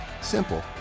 simple